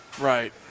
Right